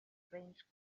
strange